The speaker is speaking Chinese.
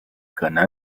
可能